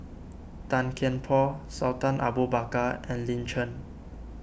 Tan Kian Por Sultan Abu Bakar and Lin Chen